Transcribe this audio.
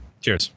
Cheers